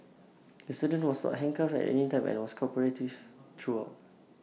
the student was handcuffed at any time and was cooperative throughout